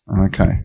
Okay